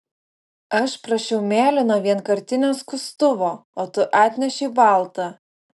aš prašiau mėlyno vienkartinio skustuvo o tu atnešei baltą